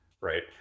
Right